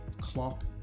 Klopp